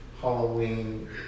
Halloween